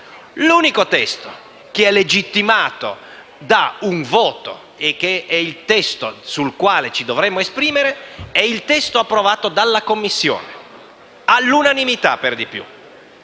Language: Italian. L'unico testo che è legittimato da un voto, il testo sul quale ci dovremmo esprimere, è quello approvato dalla Commissione, all'unanimità per di più.